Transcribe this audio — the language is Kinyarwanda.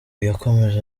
yakomeje